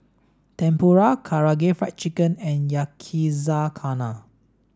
Tempura Karaage Fried Chicken and Yakizakana